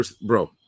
bro